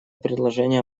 предложение